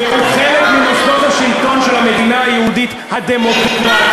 תגידו "מרמרה" זהו חלק ממוסדות השלטון של המדינה היהודית הדמוקרטית,